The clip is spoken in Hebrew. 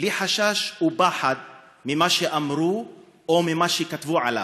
בלי חשש ופחד ממה שאמרו או ממה שכתבו עליו.